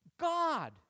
God